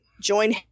join